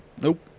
Nope